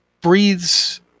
breathes